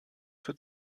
für